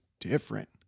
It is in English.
different